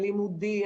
הלימודי,